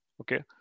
Okay